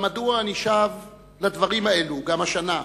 אבל מדוע אני שב לדברים האלו גם השנה,